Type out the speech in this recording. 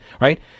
Right